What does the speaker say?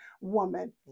woman